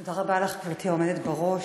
תודה רבה לך, גברתי היושבת בראש.